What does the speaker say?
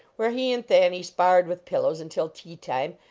where he and thanny sparred with pillows until tea time,